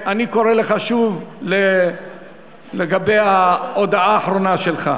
אני קורא לך שוב, לגבי ההודעה האחרונה שלך,